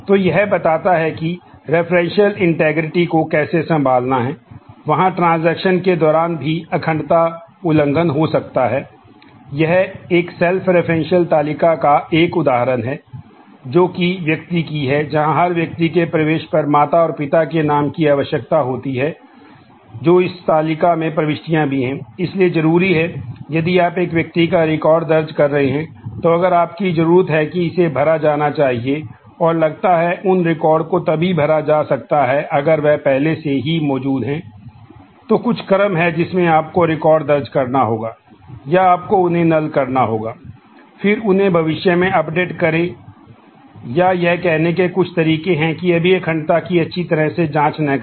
तो यह बताता है कि रेफरेंशियल इंटीग्रिटी करें या यह कहने के कुछ तरीके हैं कि अभी अखंडता की अच्छी तरह से जांच न करें